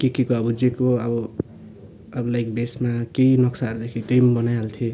के केको अब जेको अब अब लाइक बेसमा केही नक्साहरू देखे त्यही पनि बनाइहाल्थेँ